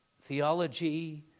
theology